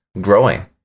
growing